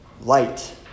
light